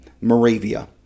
Moravia